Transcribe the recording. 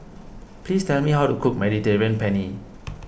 please tell me how to cook Mediterranean Penne